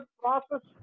process